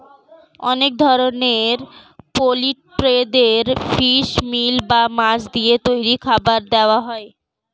অনেক ধরনের পোল্ট্রিদের ফিশ মিল বা মাছ দিয়ে তৈরি খাবার দেওয়া হয়